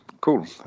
cool